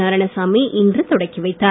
நாராயணசாமி இன்று தொடக்கி வைத்தார்